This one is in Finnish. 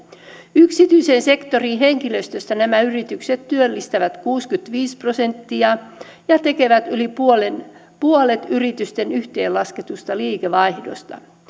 yksityisen sektorin henkilöstöstä nämä yritykset työllistävät kuusikymmentäviisi prosenttia ja tekevät yli puolet yritysten yhteenlasketusta liikevaihdosta